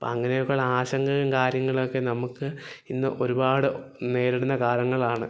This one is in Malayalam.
അപ്പോള് അങ്ങനൊക്കെ ഉള്ള ആശങ്കയും കാര്യങ്ങളും ഒക്കെ നമുക്ക് ഇന്ന് ഒരുപാട് നേരിടുന്ന കാലങ്ങളാണ്